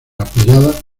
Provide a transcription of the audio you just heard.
apoyada